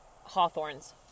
hawthorns